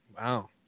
Wow